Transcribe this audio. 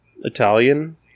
italian